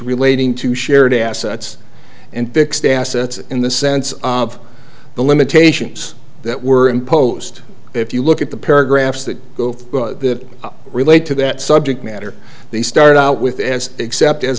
relating to shared assets and fixed assets in the sense of the limitations that were imposed if you look at the paragraphs that relate to that subject matter they start out with as except as